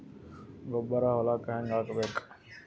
ಗೊಬ್ಬರ ಹೊಲಕ್ಕ ಹಂಗ್ ಹಾಕಬೇಕು?